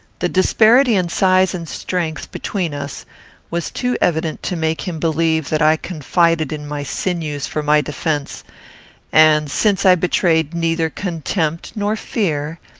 the disparity in size and strength between us was too evident to make him believe that i confided in my sinews for my defence and, since i betrayed neither contempt nor fear,